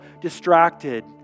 distracted